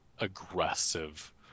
aggressive